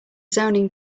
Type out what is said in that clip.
zoning